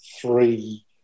three